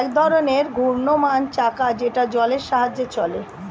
এক ধরনের ঘূর্ণায়মান চাকা যেটা জলের সাহায্যে চলে